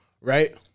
right